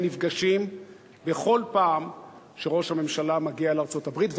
נפגשים בכל פעם שראש הממשלה מגיע לארצות-הברית,